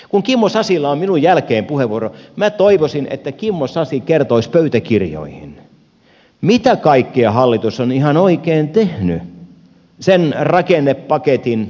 kun kimmo sasilla on minun jälkeeni puheenvuoro minä toivoisin että kimmo sasi kertoisi pöytäkirjoihin mitä kaikkea hallitus on ihan oikein tehnyt sen ovat tienneet pakettiin